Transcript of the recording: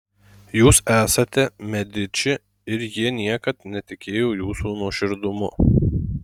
jūs esate mediči ir jie niekad netikėjo jūsų nuoširdumu